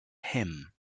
him